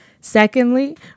Secondly